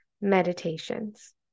meditations